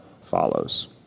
follows